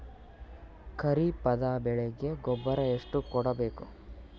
ಖರೀಪದ ಬೆಳೆಗೆ ಗೊಬ್ಬರ ಎಷ್ಟು ಕೂಡಬೇಕು?